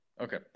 Okay